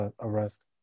arrest